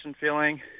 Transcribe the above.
feeling